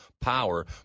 power